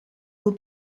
will